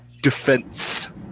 defense